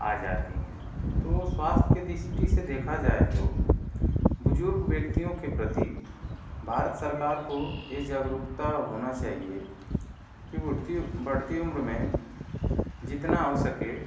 आ जाती हैं तो स्वास्थ्य के दृष्टि से देखा जाए तो बुजुर्ग व्यक्तियों के प्रति भारत सरकार को ये जागरूकता होना चाहिये कि उड़ती बढ़ती उम्र में जितना हो सके